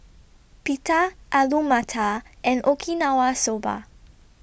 Pita Alu Matar and Okinawa Soba